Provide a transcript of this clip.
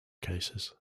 cases